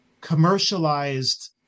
commercialized